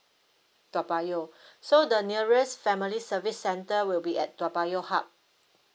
toa payoh so the nearest family service centre will be at toa payoh hub